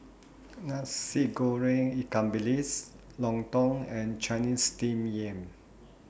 Nasi Goreng Ikan Bilis Lontong and Chinese Steamed Yam